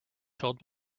told